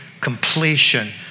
completion